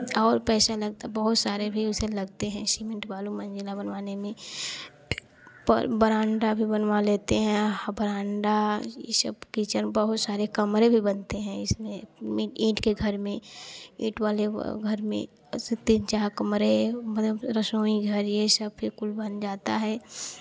और पैसा लगता बहुत सारे भी ऊ सब लगते हैं सीमेंट बालू मंज़िला बनवाने में और बरांडा भी बनवा लेते हैं बरांडा इ सब किचन बहुत सारे कमरे भी बनते हैं इसमें ईंट के घर में ईंट वाले घर में ऐसे तीन चार कमरे मतलब रसोई घर यह सब भी कुल बन जाता हैं